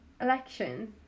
elections